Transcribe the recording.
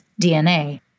DNA